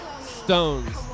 stones